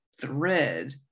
thread